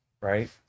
right